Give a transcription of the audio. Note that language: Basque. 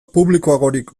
publikoagorik